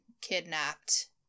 kidnapped